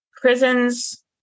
Prisons